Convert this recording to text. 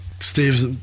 Steve's